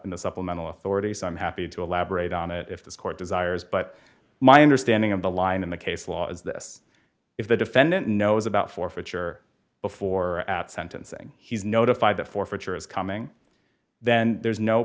in the supplemental authorities i'm happy to elaborate on it if this court desires but my understanding of the line in the case law is this if the defendant knows about forfeiture before at sentencing he's notified the forfeiture is coming then there's no